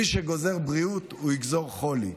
מי שגוזר בריאות, הוא יגזור חולי,